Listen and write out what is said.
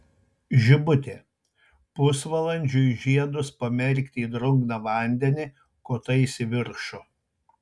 žibutė pusvalandžiui žiedus pamerkti į drungną vandenį kotais į viršų